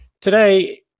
Today